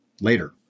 later